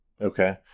okay